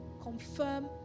Confirm